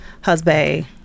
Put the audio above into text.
husband